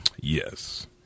yes